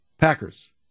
Packers